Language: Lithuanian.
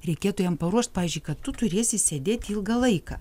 reikėtų jam paruošt pavyzdžiui kad tu turėsi sėdėt ilgą laiką